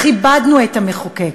כיבדנו את המחוקק.